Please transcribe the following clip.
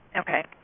Okay